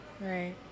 Right